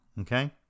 Okay